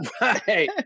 Right